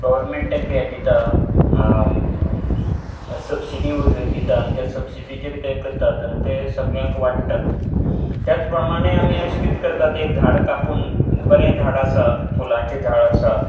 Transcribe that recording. government तेंकां हें दिता सबसिडी वगैरे दिता आनी त्या सबसिडिचेर ते करतात आनी ते सगळ्यांक वाटटात त्याच प्रमाणे आमी अशें कीत करतात एक झाड कापून बरें झाड आसा फुलांचे झाड आसा